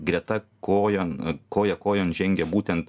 greta kojon koja kojon žengia būtent